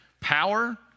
power